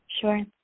Sure